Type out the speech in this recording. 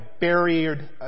buried